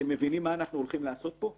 אתם מבינים מה אנחנו הולכים לעשות פה?